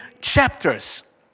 chapters